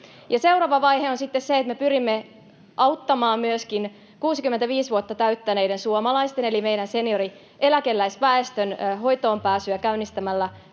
Seuraava vaihe on sitten se, että me pyrimme auttamaan myöskin 65 vuotta täyttäneiden suomalaisten eli meidän seniori—eläkeläisväestön hoitoonpääsyä käynnistämällä